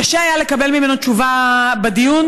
קשה היה לקבל ממנו תשובה בדיון.